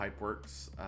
Pipeworks